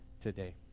today